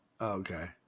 Okay